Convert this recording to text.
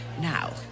Now